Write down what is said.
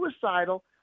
suicidal